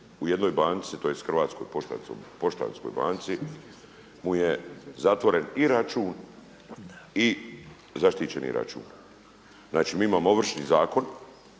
u jednoj banci, tj. Hrvatskoj poštanskoj banci mu je zatvoren i račun i zaštićeni račun. Znači mi imamo Ovršni zakon